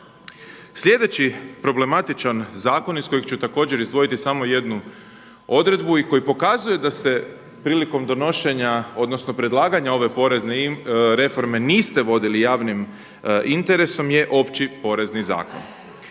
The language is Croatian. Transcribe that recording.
Sljedeći problematičan zakon iz kojeg ću također izdvojiti samo jednu odredbu i koji pokazuje da se prilikom donošenja odnosno predlaganja ove porezne reforme niste vodili javnim interesom je Opći porezni zakon